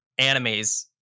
animes